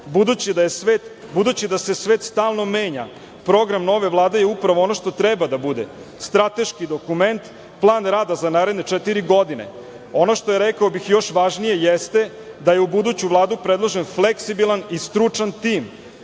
Budući da se svet stalno menja, program nove Vlade je upravo ono što treba da bude – strateški dokument, plan rada za naredne četiri godine. Rekao bih nešto još važnije, a to je da je su buduću Vladu predložen fleksibilan i stručan tim.